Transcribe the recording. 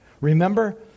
Remember